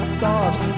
thoughts